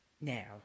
Now